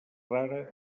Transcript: rara